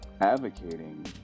advocating